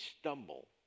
stumble